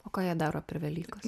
o ką jie daro per velykas